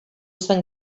zen